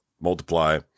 multiply